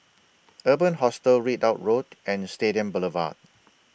Urban Hostel Ridout Road and Stadium Boulevard